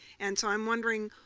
and so i'm wondering,